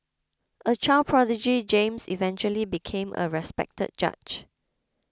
a child prodigy James eventually became a respected judge